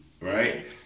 right